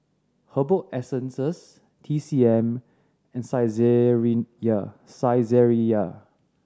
Herbal Essences T C M and Saizeriya Saizeriya